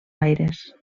aires